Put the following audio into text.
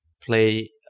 play